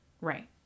Right